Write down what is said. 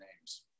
names